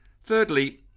Thirdly